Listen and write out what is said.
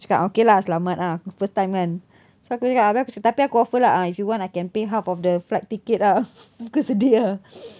cakap okay lah selamat ah first time kan so aku cakap abeh tapi aku offer lah if you want I can pay half of the flight ticket ah muka sedih ah